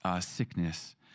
sickness